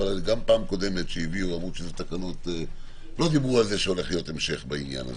אבל גם בפעם הקודמת לא דיברו על כך שהולך להיות המשך בעניין הזה.